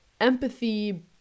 empathy